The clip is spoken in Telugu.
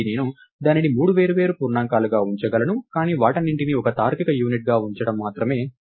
మళ్ళీ నేను దానిని మూడు వేర్వేరు పూర్ణాంకాలుగా ఉంచగలను కానీ వాటన్నింటినీ ఒక తార్కిక యూనిట్గా ఉంచడం అర్ధమే